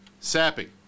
Sappy